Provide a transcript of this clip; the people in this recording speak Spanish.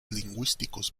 lingüísticos